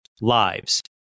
lives